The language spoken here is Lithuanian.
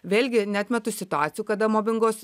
vėlgi neatmetu situacijų kada mobingos